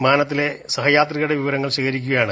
വിമാനത്തിലെ സഹയാത്രക്കാരുടെ വിവരങ്ങൾ ശേഖരിക്കുകയാണ്